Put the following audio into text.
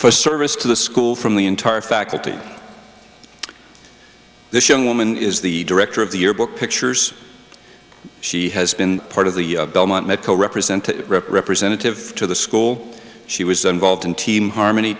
for service to the school from the entire faculty this young woman is the director of the yearbook pictures she has been part of the belmont medco represented representative to the school she was involved in team harmony